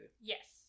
Yes